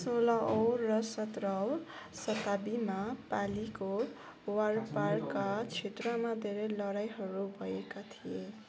सोह्रौँ र सत्रौँ शताब्दीमा पालीको वरपरका क्षेत्रमा धेरै लडाइँहरू भएका थिए